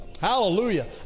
Hallelujah